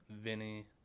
Vinny